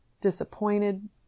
disappointed